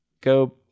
go